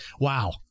Wow